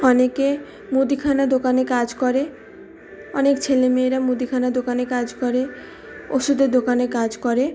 অনেকে মুদিখানার দোকানে কাজ করে অনেক ছেলেমেয়েরা মুদিখানার দোকানে কাজ করে ওষুধের দোকানে কাজ করে